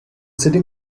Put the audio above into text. sitting